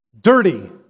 dirty